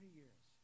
years